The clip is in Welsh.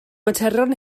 materion